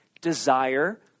desire